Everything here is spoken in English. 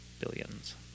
billions